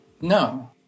No